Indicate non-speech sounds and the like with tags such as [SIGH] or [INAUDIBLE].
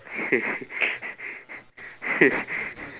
[LAUGHS]